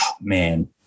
Man